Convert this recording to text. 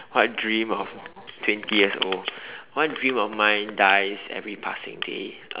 what dream of twenty years old what dream of mine dies every passing days